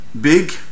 big